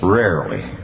rarely